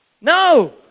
No